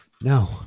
No